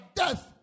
death